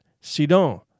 Sidon